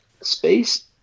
space